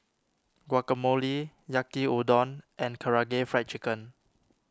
Guacamole Yaki Udon and Karaage Fried Chicken